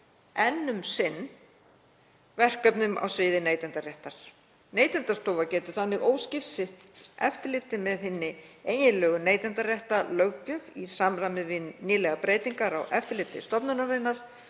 enn um sinn verkefnum á sviði neytendaréttar. Neytendastofa getur þannig óskipt sinnt eftirliti með hinni eiginlegu neytendaréttarlöggjöf í samræmi við nýlegar breytingar á eftirliti stofnunarinnar